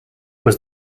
was